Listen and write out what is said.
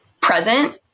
present